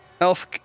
Elf